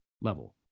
level